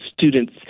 students